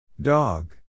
Dog